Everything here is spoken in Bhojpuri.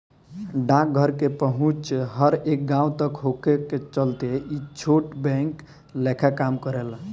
डाकघर के पहुंच हर एक गांव तक होखे के चलते ई छोट बैंक लेखा काम करेला